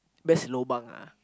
best lobang ah